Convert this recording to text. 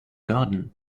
garden